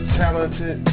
talented